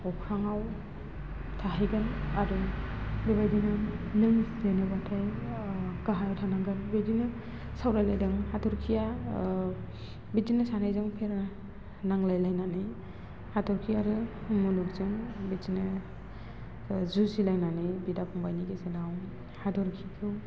अख्राङाव थाहैगोन आरो बेबायदिनो नों जेनोबाथाय गाहायाव थानांगोन बिदिनो सावरायलायदों हाथरखिया बिदिनो सानैजों फेर नांलायनानै हाथरखि आरो मुलुगजों बिदिनो जुजिलायनानै बिदा फंबायनि गेजेराव हाथरखिखौ